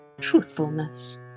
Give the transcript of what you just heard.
truthfulness